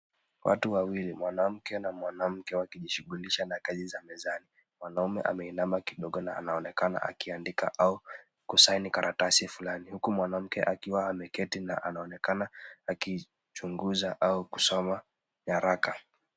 Watu wawili, mwanamke na mwanamke wakijishughulisha na kazi za mezani. Mwanamume ameinama kidogo na anaonekana akiandika au kusaini karatasi fulani huku mwanamke akiwa ameketi na anaonekana akichunguza au kusoma nyaraka.